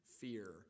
fear